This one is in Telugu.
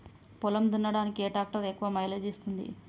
పొలం దున్నడానికి ఏ ట్రాక్టర్ ఎక్కువ మైలేజ్ ఇస్తుంది?